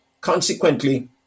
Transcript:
Consequently